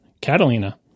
Catalina